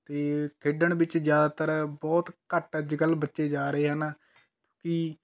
ਅਤੇ ਖੇਡਣ ਵਿੱਚ ਜ਼ਿਆਦਾਤਰ ਬਹੁਤ ਘੱਟ ਅੱਜ ਕੱਲ੍ਹ ਬੱਚੇ ਜਾ ਰਹੇ ਹਨ ਕਿ